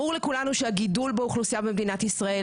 ברור לכולנו שהגידול באוכלוסייה במדינת ישראל,